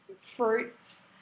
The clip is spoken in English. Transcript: fruits